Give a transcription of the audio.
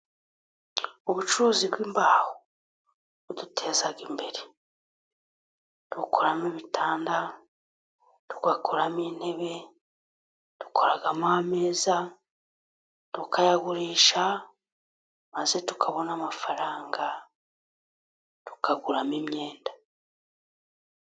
Ubucuruzi bw'imbaho buduteza imbere. Dukuramo ibitanda, tugakuramo intebe. Dukoramo ameza, tukayagurisha maze tukabona amafaranga, tukaguramo imyenda.